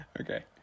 Okay